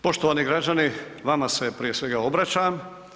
Poštovani građani, vama se prije svega obraćam.